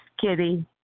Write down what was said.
kitty